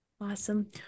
Awesome